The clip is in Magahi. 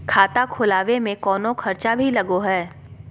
खाता खोलावे में कौनो खर्चा भी लगो है?